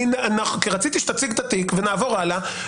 כי רציתי שתציג את התיק ונעבור הלאה.